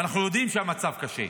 ואנחנו יודעים שהמצב קשה,